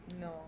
No